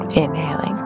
inhaling